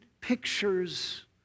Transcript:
pictures